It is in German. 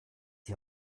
die